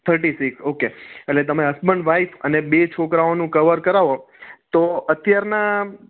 thirty six okay એટલે તમે husband wife અને બે છોકરાઓનું કવર કરાવો તો અત્યારના